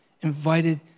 invited